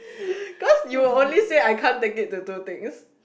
cause you'll only say I can't take it to two things